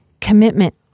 commitment